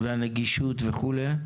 הנגישות וכולי.